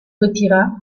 retira